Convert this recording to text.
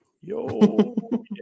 Yo